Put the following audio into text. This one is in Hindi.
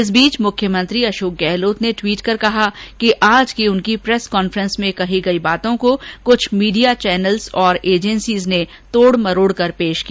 इस बीच मुख्यमंत्री अशोक गहलोत ने ट्वीट कर कहा कि आज की उनकी प्रैस कांफ्रेंस में कही गयी बातों को कुछ मीडिया चैनल्स और एजेंसीज ने तोड मरोड कर पेश किया